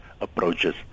approaches